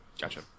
Gotcha